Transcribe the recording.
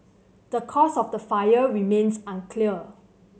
the cause of the fire remains unclear